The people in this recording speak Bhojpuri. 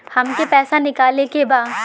हमके पैसा निकाले के बा